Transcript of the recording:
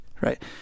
Right